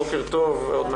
בוקר טוב לכולם,